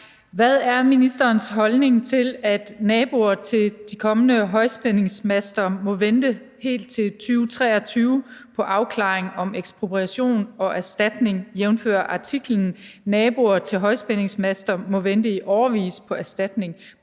Hvad er ministerens holdning til, at naboer til de kommende højspændingsmaster må vente helt til 2023 på afklaring om ekspropriation og erstatning, jf. artiklen »Naboer til højspændingsmaster må vente i årevis på erstatning«